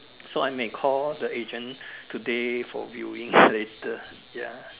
so I may call the agent today for viewing later ya